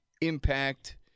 Impact